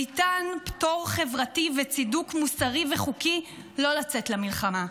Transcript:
ניתן פטור חברתי וצידוק מוסרי וחוקי לא לצאת למלחמה.